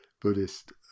buddhist